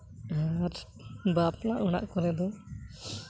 ᱟᱨ ᱵᱟᱯᱞᱟ ᱚᱲᱟᱜ ᱠᱚᱨᱮ ᱫᱚ